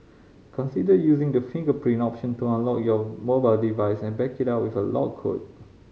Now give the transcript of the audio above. consider using the fingerprint option to unlock your mobile device and back it up with a lock code